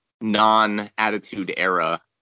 non-Attitude-era